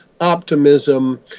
optimism